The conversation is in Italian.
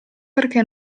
perché